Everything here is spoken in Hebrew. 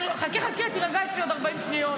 חכה, חכה, תירגע, יש לי עוד 40 שניות.